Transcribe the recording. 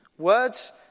Words